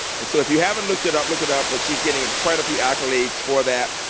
and so if you haven't looked it up, look it up. but she's getting quite a few accolades for that.